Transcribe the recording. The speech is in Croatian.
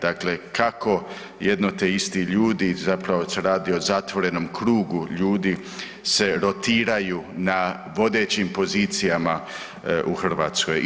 Dakle, kako jedni te isti ljudi zapravo se radi o zatvorenom krugu ljudi se rotiraju na vodećim pozicijama u Hrvatskoj.